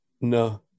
No